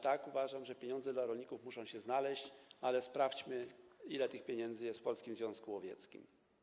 Tak, uważam, że pieniądze dla rolników muszą się znaleźć, ale sprawdźmy, ile tych pieniędzy jest w Polskim Związku Łowieckim.